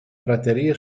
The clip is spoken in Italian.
praterie